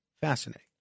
fascinating